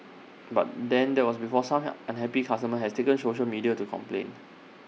but then that was before some unhappy customers has taken social media to complain